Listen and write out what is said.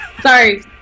Sorry